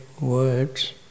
words